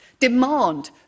Demand